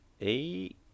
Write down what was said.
eight